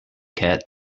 cat